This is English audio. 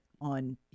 on